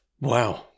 Wow